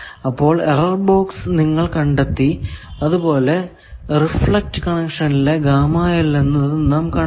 അപ്പോൾ error box നിങ്ങൾ കണ്ടെത്തി അത് പോലെ റിഫ്ലക്ട് കണക്ഷനിലെ എന്നതും നാം കണ്ടെത്തി